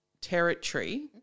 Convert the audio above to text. territory